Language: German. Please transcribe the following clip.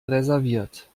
reserviert